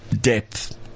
depth